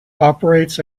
operates